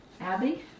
Abby